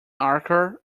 archer